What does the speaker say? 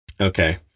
Okay